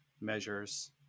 measures